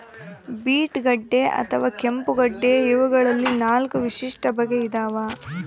beet ಗಡ್ಡೆ ಅಥವಾ ಕೆಂಪುಗಡ್ಡೆ ಇವಗಳಲ್ಲಿ ನಾಲ್ಕು ವಿಶಿಷ್ಟ ಬಗೆ ಇದಾವ